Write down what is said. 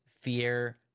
fear